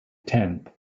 tenth